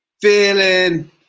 feeling